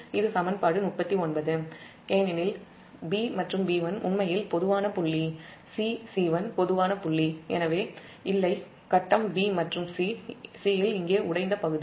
இது சமன்பாடு 39 ஏனெனில் b மற்றும் b1 உண்மையில் பொதுவான புள்ளி c c1 பொதுவான புள்ளி எனவே ஃபேஸ் இல்லை b மற்றும் c இங்கே உடைந்த பகுதி